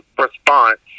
response